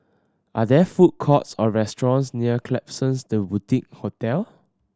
are there food courts or restaurants near Klapsons The Boutique Hotel